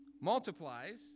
multiplies